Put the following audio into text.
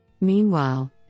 Meanwhile